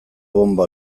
bonba